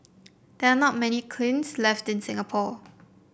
there are not many kilns left in Singapore